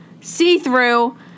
see-through